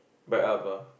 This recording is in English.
bright up ah